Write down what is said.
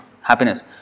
happiness